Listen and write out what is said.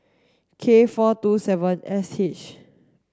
K four two seven S H